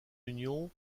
union